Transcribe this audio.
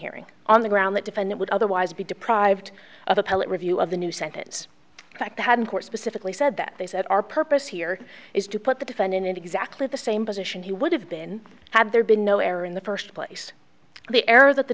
hearing on the ground that defined it would otherwise be deprived of appellate review of the new sentence fact had in court specifically said that they said our purpose here is to put the defendant in exactly the same position he would have been had there been no error in the first place the error that the